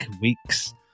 weeks